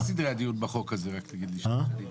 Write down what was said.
מה סדרי הדיון בחוק הזה רק תגיד לי, שאני אדע.